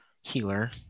healer